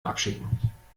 abschicken